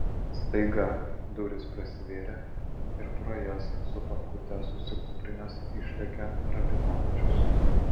staiga durys prasivėrė ir pro jas su papkute susikūprinęs išlėkė rabinovičius